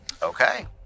Okay